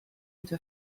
into